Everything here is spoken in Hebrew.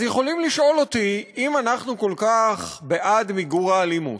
אז יכולים לשאול אותי: אם אנחנו כל כך בעד מיגור האלימות,